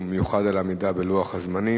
ובמיוחד על עמידה בלוח הזמנים.